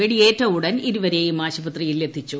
വെടിയ്യേറ്റ ഉടൻ ഇരുവരെയും ആശുപത്രിയിൽ എത്തിച്ചു